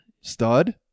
stud